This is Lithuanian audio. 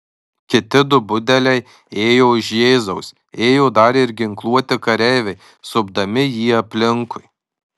kiti du budeliai ėjo už jėzaus ėjo dar ir ginkluoti kareiviai supdami jį aplinkui